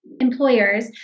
employers